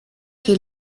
che